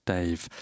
Dave